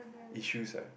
issues lah